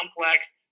complex